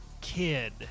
kid